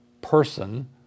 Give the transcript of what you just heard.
person